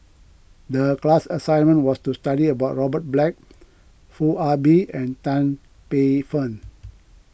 the class assignment was to study about Robert Black Foo Ah Bee and Tan Paey Fern